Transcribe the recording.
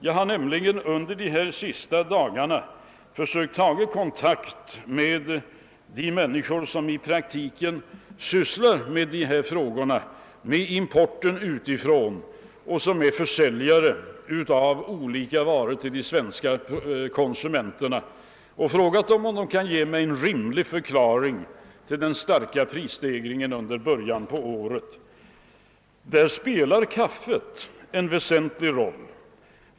Jag har under de senaste dagarna tagit kontakt med människor som praktiskt sysslar med att importera varor och sälja dem till de svenska konsumenterna. Jag har frågat dem, om de kan ge mig 2n rimlig förklaring till den starka prisstegringen i början av året. Där spelar kaffet en väsentlig roll.